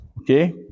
okay